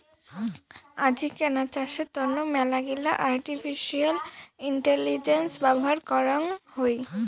আজিকেনা চাষের তন্ন মেলাগিলা আর্টিফিশিয়াল ইন্টেলিজেন্স ব্যবহার করং হই